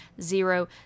zero